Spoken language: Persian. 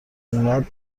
اونقدر